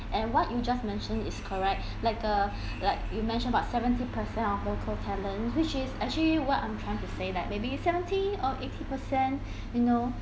and what you just mentioned is correct like uh like you mentioned about seventy percent of local talent which is actually what I'm trying to say that maybe seventy or eighty percent you know